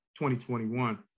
2021